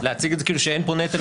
להציג את זה כאילו שאין פה נטל,